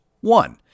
one